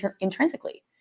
intrinsically